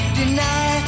deny